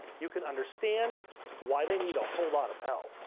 you can understand why they need a whole lot of help.